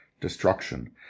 destruction